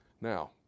Now